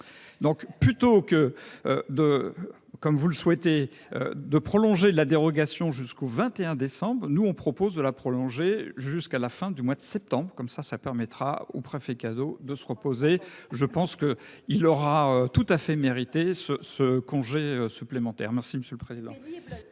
le souhaitez, de prolonger la dérogation jusqu'au 21 décembre. Nous, on propose de la prolonger jusqu'à la fin du mois de septembre comme ça, ça permettra aux préfets cadeau de se reposer. Je pense que il aura tout à fait mérité ce ce congé supplémentaire. Merci monsieur le président.